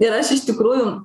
ir aš iš tikrųjų